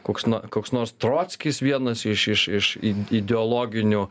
koks na koks nors trockis vienas iš iš iš id ideologinių